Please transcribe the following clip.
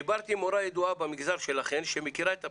דיברתי עם מורה ידועה במגזר שלכן שמכירה את הבחינות',